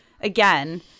again